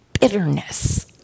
bitterness